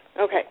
Okay